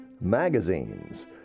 magazines